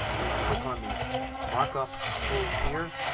you click on the markup tools here,